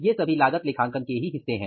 यह सभी लागत लेखांकन के ही हिस्से हैं